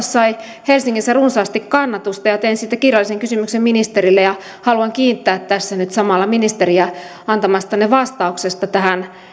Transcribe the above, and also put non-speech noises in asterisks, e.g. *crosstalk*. *unintelligible* sai helsingissä runsaasti kannatusta ja tein siitä kirjallisen kysymyksen ministerille haluan kiittää tässä nyt samalla ministeriä antamastanne vastauksesta tähän